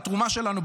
בתרומה שלנו,